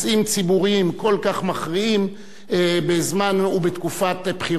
ציבוריים כל כך מכריעים בזמן ובתקופת בחירות,